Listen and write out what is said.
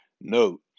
Note